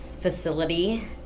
facility